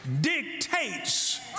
dictates